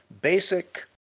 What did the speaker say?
basic